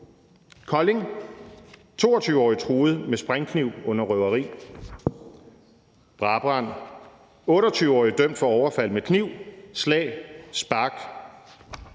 Kolding: »22-årig mand truet med springkniv under røveri«. Brabrand: »28-årig dømt for overfald med kniv, slag og spark«.